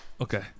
Okay